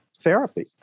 therapy